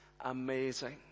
amazing